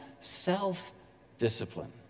self-discipline